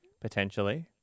potentially